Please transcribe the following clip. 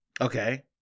Okay